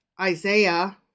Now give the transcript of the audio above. Isaiah